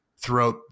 throughout –